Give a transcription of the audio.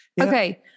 Okay